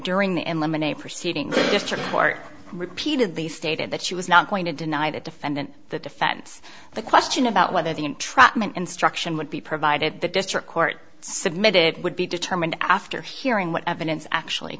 during the eliminate proceedings district court repeatedly stated that she was not going to deny the defendant the defense the question about whether the entrapment instruction would be provided the district court submitted would be determined after hearing what evidence actually